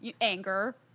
anger